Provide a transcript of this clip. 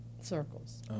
Circles